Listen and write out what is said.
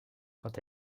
quand